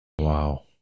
wow